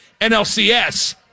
NLCS